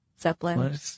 Zeppelin